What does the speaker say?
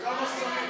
גם השרים,